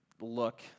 look